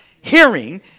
hearing